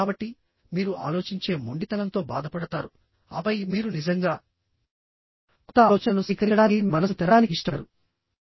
కాబట్టి మీరు ఆలోచించే మొండితనంతో బాధపడతారుఆపై మీరు నిజంగా కొత్త ఆలోచనలను స్వీకరించడానికి మీ మనసును తెరవడానికి ఇష్టపడరు